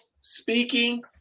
speaking